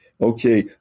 okay